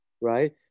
right